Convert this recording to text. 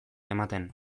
ematen